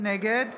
נגד